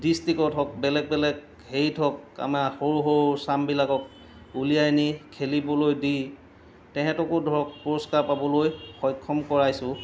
ডিষ্ট্ৰিকত হওক বেলেগ বেলেগ হেৰিত হওক আমাৰ সৰু সৰুচামবিলাকক উলিয়াই নি খেলিবলৈ দি তেহেঁতকো ধৰক পুৰস্কাৰ পাবলৈ সক্ষম কৰাইছোঁ